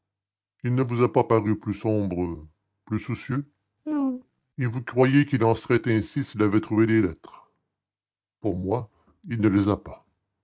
il ne vous a pas paru plus sombre plus soucieux non et vous croyez qu'il en serait ainsi s'il avait trouvé les lettres pour moi il ne les a pas